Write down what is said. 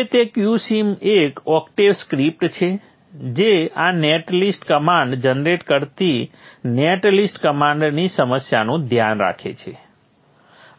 હવે તે q sim એક Octave સ્ક્રિપ્ટ છે જે આ નેટ લિસ્ટ કમાન્ડ જનરેટ કરતી નેટ લિસ્ટ કમાન્ડની સમસ્યાનું ધ્યાન રાખે છે